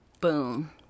Boom